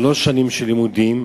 שלוש שנים של לימודים,